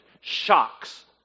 shocks